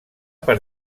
per